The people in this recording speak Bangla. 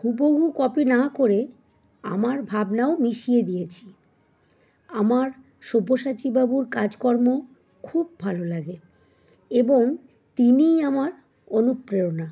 হুবহু কপি না করে আমার ভাবনাও মিশিয়ে দিয়েছি আমার সব্যসাচীবাবুর কাজকর্ম খুব ভালো লাগে এবং তিনিই আমার অনুপ্রেরণা